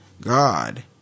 God